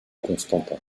constantin